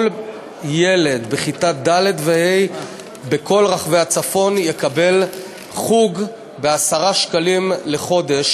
כל ילד בכיתה ד' וה' בכל רחבי הצפון יקבל חוג ב-10 שקלים לחודש.